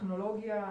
בטכנולוגיה,